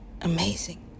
Amazing